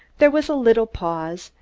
there was a little pause,